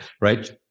right